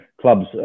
Clubs